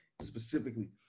specifically